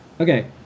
Okay